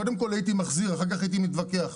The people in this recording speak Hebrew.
קודם כל הייתי מחזיר ואחר-כך הייתי מתווכח.